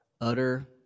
utter